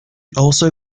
also